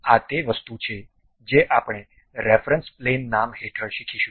આ તે વસ્તુ છે જે આપણે રેફરન્સ પ્લેન નામ હેઠળ શીખીશું